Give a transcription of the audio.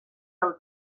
del